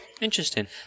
Interesting